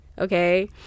okay